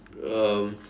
um